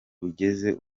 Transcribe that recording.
rugeze